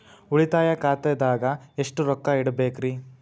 ಉಳಿತಾಯ ಖಾತೆದಾಗ ಎಷ್ಟ ರೊಕ್ಕ ಇಡಬೇಕ್ರಿ?